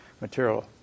material